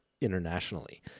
internationally